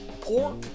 pork